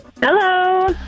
Hello